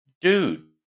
dude